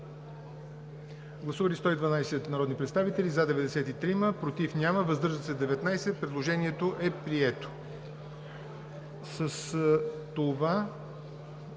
Гласували 112 народни представители: за 92, против няма, въздържали се 20. Предложението е прието.